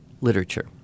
literature